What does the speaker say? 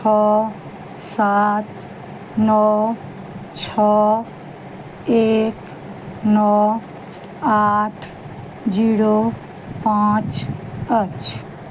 छओ सात नओ छओ एक नओ आठ जीरो पाँच अछि